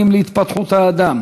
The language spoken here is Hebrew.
עיצב את אישיותם של הילדים והנערים.